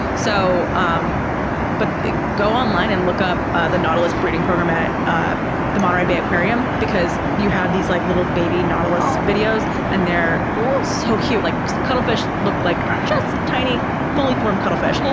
so um but go online and look up the nautilus breeding program at ah the monterey bay aquarium because you have these like little baby nautilus videos and they're all so cute. like cuttlefish look like tiny fully formed cuttlefish,